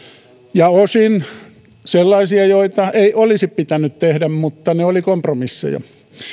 ja osin sellaisia joita ei olisi pitänyt tehdä mutta ne olivat kompromisseja